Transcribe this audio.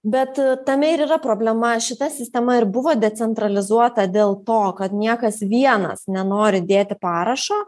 bet tame ir yra problema šita sistema ir buvo decentralizuota dėl to kad niekas vienas nenori dėti parašo